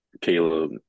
Caleb